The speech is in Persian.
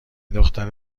دختر